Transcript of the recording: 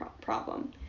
problem